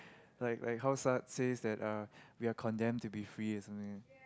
like like how Saat says that uh we are condemned to be free or something